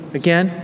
again